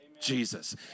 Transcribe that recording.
Jesus